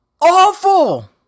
awful